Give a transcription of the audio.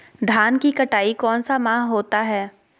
धान की कटाई कौन सा माह होता है?